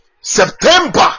September